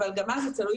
אבל זה תלוי